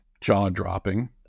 jaw-dropping